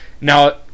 Now